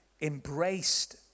embraced